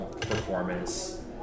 performance